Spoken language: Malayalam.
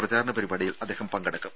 പ്രചാരണ പരിപാടിയിൽ അദ്ദേഹം പങ്കെടുക്കും